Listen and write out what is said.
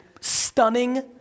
Stunning